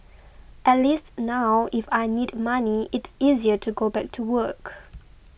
at least now if I need money it's easier to go back to work